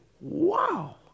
wow